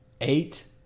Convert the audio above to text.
Eight